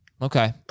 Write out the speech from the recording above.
Okay